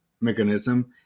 mechanism